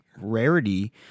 rarity